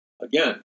Again